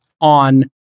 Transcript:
on